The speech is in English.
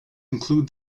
include